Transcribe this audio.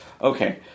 Okay